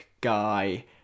guy